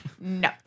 No